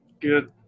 good